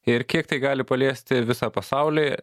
ir kiek tai gali paliesti visą pasaulį